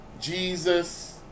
Jesus